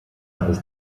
ist